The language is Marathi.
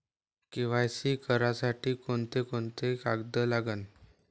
के.वाय.सी करासाठी कोंते कोंते कागद लागन?